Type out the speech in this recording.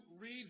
read